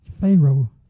Pharaoh